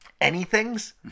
anythings